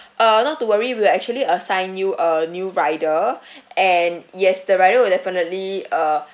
uh not to worry we'll actually assign you a new rider and yes the rider will definitely uh